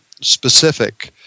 specific